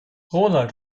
ronald